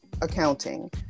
accounting